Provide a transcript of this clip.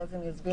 ואז הם יסבירו?